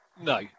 No